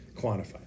quantify